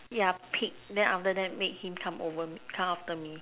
yeah peek then after that make him come over me come after me